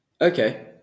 Okay